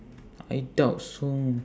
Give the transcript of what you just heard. I doubt so